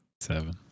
Seven